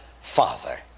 Father